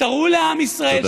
ותראו לעם ישראל,